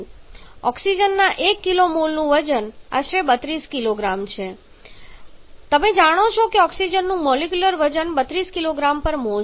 ઓક્સિજનના 1 મોલનું વજન આશરે 32 કિગ્રા છે કારણ કે તમે જાણો છો કે ઓક્સિજનનું મોલેક્યુલર વજન 32 કિગ્રામોલ છે